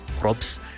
crops